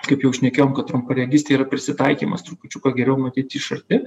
kaip jau šnekėjom kad trumparegystė yra prisitaikymas trupučiuką geriau matyti iš arti